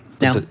No